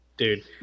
dude